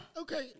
okay